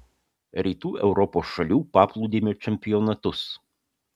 rytų europos šalių paplūdimio čempionatus